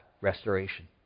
restoration